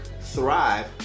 thrive